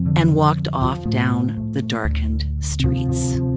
and walked off down the darkened streets